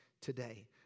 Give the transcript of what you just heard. today